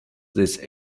this